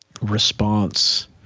response